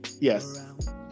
yes